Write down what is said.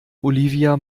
olivia